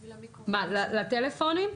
לטלפונים?